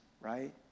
right